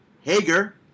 Hager